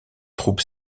troupe